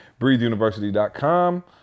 BreatheUniversity.com